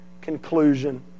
conclusion